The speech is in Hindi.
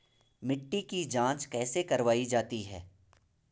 मिट्टी की जाँच कैसे करवायी जाती है?